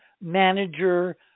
manager